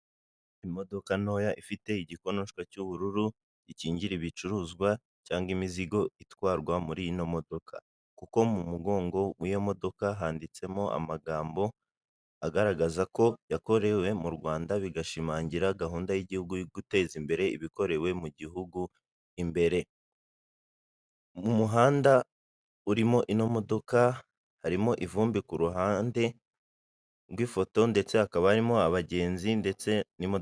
Imodoka ntoya ifite igikonoshwa cy'ubururu, gikingira ibicuruzwa cyangwa imizigo itwarwa muri ino modoka kuko mu mugongo w'iyo modoka handitsemo amagambo agaragaza ko yakorewe mu Rwanda, bigashimangira gahunda y'igihugu yo guteza imbere ibikorewe mu gihugu imbere, mu muhanda urimo ino modoka, harimo ivumbi ku ruhande rw'ifoto ndetse hakaba harimo abagenzi ndetse n'imo